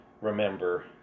remember